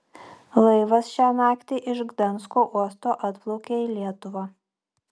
laivas šią naktį iš gdansko uosto atplaukė į lietuvą